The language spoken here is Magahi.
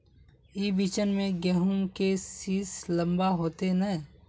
ई बिचन में गहुम के सीस लम्बा होते नय?